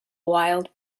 wild